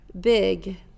big